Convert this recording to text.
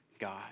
God